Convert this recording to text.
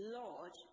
lord